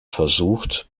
versucht